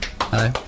Hello